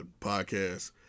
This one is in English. podcast